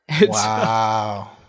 Wow